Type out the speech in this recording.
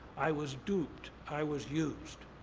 i was duped, i was used.